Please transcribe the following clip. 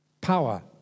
power